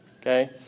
Okay